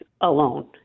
alone